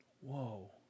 Whoa